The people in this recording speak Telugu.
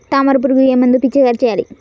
తామర పురుగుకు ఏ మందు పిచికారీ చేయాలి?